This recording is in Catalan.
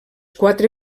quatre